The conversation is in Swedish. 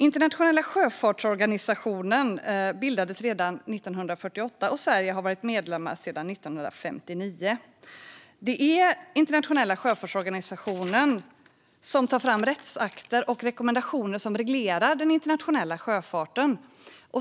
Internationella sjöfartsorganisationen, IMO, bildades redan 1948, och Sverige har varit medlem sedan 1959. Det är Internationella sjöfartsorganisationen som tar fram rättsakter och rekommendationer som reglerar den internationella sjöfarten.